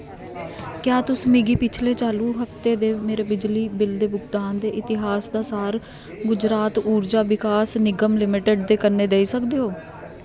क्या तुस मिगी पिछले चालू हफ्ते दे मेरे बिजली बिल दे भुगतान दे इतिहास दा सार गुजरात ऊर्जा विकास निगम लिमिटेड दे कन्नै देई सकदे ओ